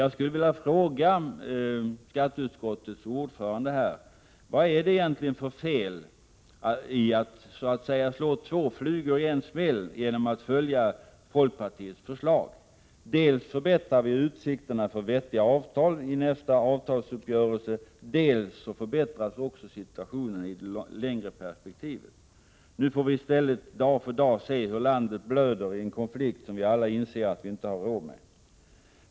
Jag skulle vilja fråga skatteutskottets ordförande: Vad är det egentligen för fel i att så att säga slå två flugor i en smäll genom att följa folkpartiets förslag? Dels förbättrar vi ju utsikterna för vettiga avtal, dels förbättras också situationen i det längre perspektivet. Nu får vi i stället dag för dag se hur landet blöder i en konflikt som vi alla inser att vi inte har råd med.